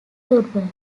durban